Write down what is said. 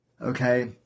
Okay